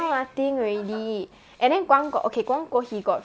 now nothing already and then guang guo okay guang guo he got